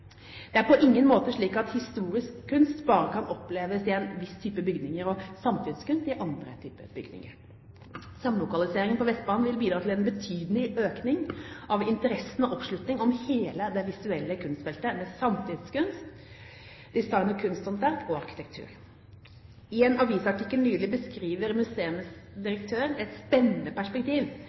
Det er på ingen måte slik at historisk kunst bare kan oppleves i en viss type bygninger og samtidskunst i andre type bygninger. Samlokaliseringen på Vestbanen vil bidra til en betydelig økning av interessen for og oppslutningen om hele det visuelle kunstfeltet med samtidskunst, design og kunsthåndverk, og arkitektur. I en avisartikkel nylig beskriver museumsdirektøren et spennende perspektiv